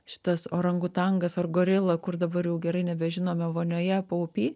šitas orangutangas ar gorila kur dabar jau gerai nebežinome vonioje paupy